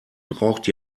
braucht